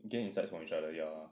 gain insights from each other ya